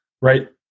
right